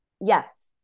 yes